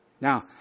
now